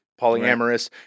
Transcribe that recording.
polyamorous